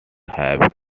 have